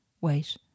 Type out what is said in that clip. Wait